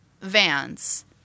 Vans